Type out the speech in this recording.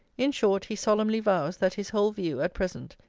in short, he solemnly vows, that his whole view, at present,